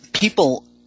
People